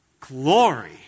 glory